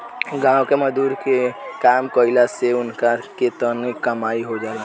गाँव मे मजदुरी के काम कईला से उनका के तनी कमाई हो जाला